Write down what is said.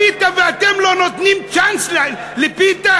פיתה, ואתם לא נותנים צ'אנס לפיתה?